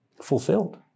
fulfilled